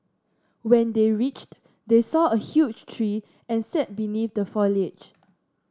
when they reached they saw a huge tree and sat beneath the foliage